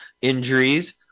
injuries